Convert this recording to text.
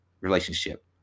relationship